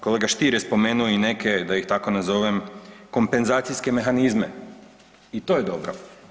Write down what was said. Kolega Stier je spomenuo i neke da ih tako nazovem kompenzacijske mehanizme i to je dobro.